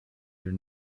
your